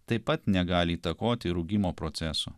taip pat negali įtakoti rūgimo proceso